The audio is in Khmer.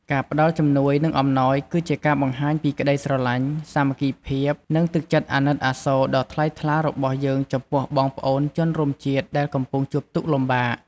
ការផ្តល់ជំនួយ និងអំណោយគឺជាការបង្ហាញពីក្តីស្រលាញ់ សាមគ្គីភាព និងទឹកចិត្តអាណិតអាសូរដ៏ថ្លៃថ្លារបស់យើងចំពោះបងប្អូនជនរួមជាតិដែលកំពុងជួបទុក្ខលំបាក។